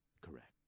correct